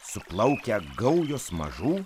suplaukia gaujos mažų